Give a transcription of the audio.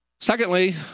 Secondly